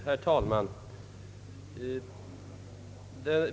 Herr talman!